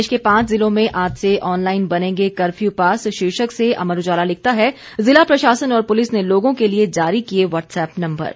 प्रदेश के पांच जिलों में आज से ऑनलाईन बनेंगे कफ्यू पास शीर्षक से अमर उजाला लिखता है जिला प्रशासन और पुलिस ने लोगों के लिए जारी किए व्हट्सएप नंबर